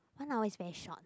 one hour is very short